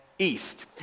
east